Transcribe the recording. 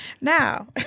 Now